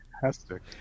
fantastic